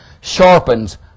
sharpens